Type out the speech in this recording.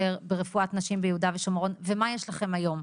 של רפואת נשים ביהודה ושומרון ומה יש לכם היום?